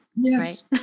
Yes